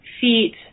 feet